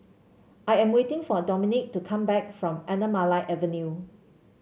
I am waiting for Domenick to come back from Anamalai Avenue